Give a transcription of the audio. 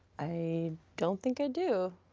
i don't think i do.